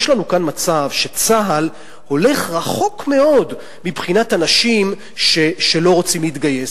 יש לנו כאן מצב שצה"ל הולך רחוק מאוד מבחינת אנשים שלא רוצים להתגייס.